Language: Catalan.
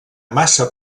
massa